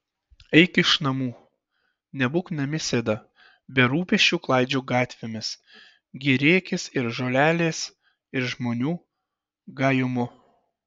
eik iš namų nebūk namisėda be rūpesčių klaidžiok gatvėmis gėrėkis ir žolelės ir žmonių gajumu